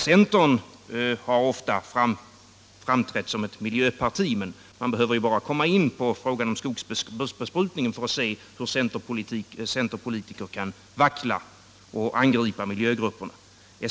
Centern har ofta framträtt som ett miljöparti, men man behöver bara komma in på frågan om skogsbesprutningen för att se hur centerpolitiker kan vackla och angripa miljögrupperna.